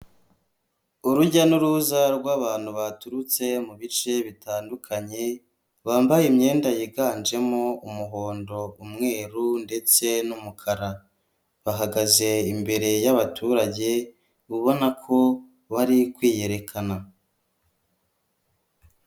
Urujya n'uruza rw'abantu baturutse mu bice bitandukanye, bambaye imyenda yiganjemo umuhondo, umweru ndetse n'umukara, bahagaze imbere y'abaturage uba ubona ko bari kwiyerekana.